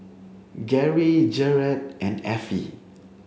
Geri Jarret and Effie